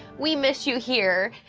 we miss you here.